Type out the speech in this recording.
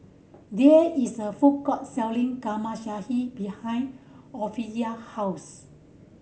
there is a food court selling behind Ophelia house